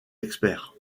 experts